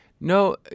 No